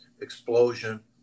explosion